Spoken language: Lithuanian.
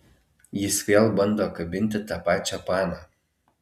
jis vėl bando kabinti tą pačią paną